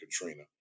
Katrina